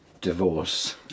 divorce